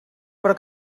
però